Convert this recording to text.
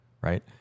right